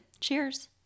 Cheers